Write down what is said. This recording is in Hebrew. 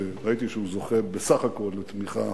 שראיתי שהוא זוכה בסך הכול לתמיכה